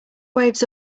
waves